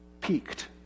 peaked